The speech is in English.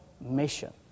mission